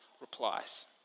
replies